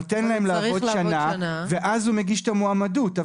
נותן להם לעבוד שנה ואז הוא מגיש את המועמדות שלו.